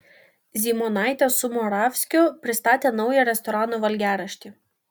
zymonaitė su moravskiu pristatė naują restorano valgiaraštį